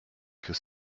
que